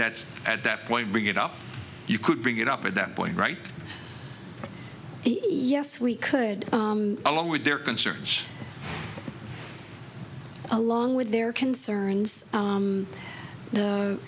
that at that point bring it up you could bring it up at that point right yes we could along with their concerns along with their concerns